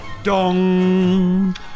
Dong